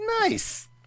Nice